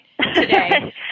today